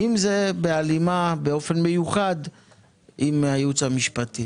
אם זה בהלימה באופן מיוחד עם הייעוץ המשפטי.